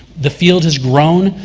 the field has grown.